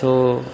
ਸੋ